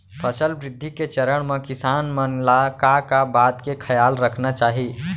फसल वृद्धि के चरण म किसान मन ला का का बात के खयाल रखना चाही?